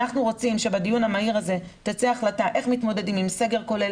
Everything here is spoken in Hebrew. אנחנו רוצים שבדיון המהיר הזה תצא החלטה איך מתמודדים עם סגר כולל,